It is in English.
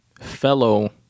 fellow